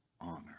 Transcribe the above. honor